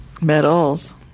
medals